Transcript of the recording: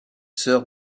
sœur